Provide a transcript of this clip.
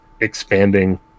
expanding